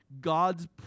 God's